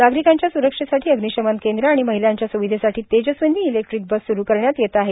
नागरिकांच्या स्रक्षेसाठी अग्निशमन केंद्र आणि महिलांच्या स्विधेसाठी तेजस्विनी इलेक्ट्रिक बस स्रू करण्यात येत आहे